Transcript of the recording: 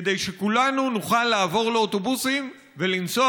כדי שכולנו נוכל לעבור לאוטובוסים ולנסוע